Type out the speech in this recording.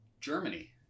Germany